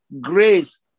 Grace